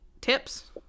tips